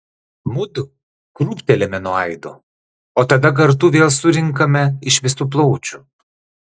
mudu krūptelime nuo aido o tada kartu vėl surinkame iš visų plaučių